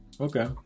Okay